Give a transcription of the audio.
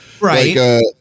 Right